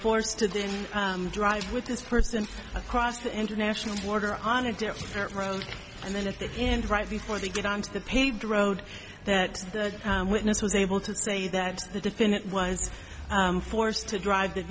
forced to then drive with this person across the international border on a different road and then at the end right before they get onto the paved road that the witness was able to say that the defendant was forced to drive the